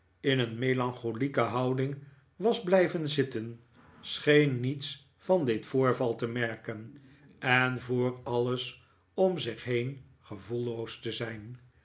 in een melancholieke houding was blijven zitten scheen niets van dit voorval te merken en voor alles om zich heen gevoelloos te zijn